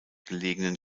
gelegenen